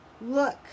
Look